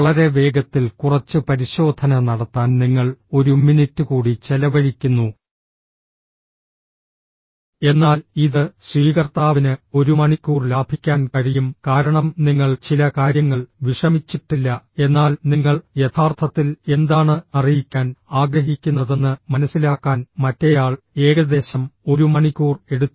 വളരെ വേഗത്തിൽ കുറച്ച് പരിശോധന നടത്താൻ നിങ്ങൾ ഒരു മിനിറ്റ് കൂടി ചെലവഴിക്കുന്നു എന്നാൽ ഇത് സ്വീകർത്താവിന് ഒരു മണിക്കൂർ ലാഭിക്കാൻ കഴിയും കാരണം നിങ്ങൾ ചില കാര്യങ്ങൾ വിഷമിച്ചിട്ടില്ല എന്നാൽ നിങ്ങൾ യഥാർത്ഥത്തിൽ എന്താണ് അറിയിക്കാൻ ആഗ്രഹിക്കുന്നതെന്ന് മനസിലാക്കാൻ മറ്റേയാൾ ഏകദേശം ഒരു മണിക്കൂർ എടുത്തു